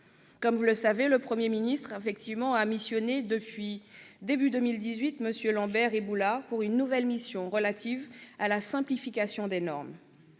Comme vous le savez, le Premier ministre a confié, au début de 2018, à MM. Lambert et Boulard une nouvelle mission relative à la simplification des normes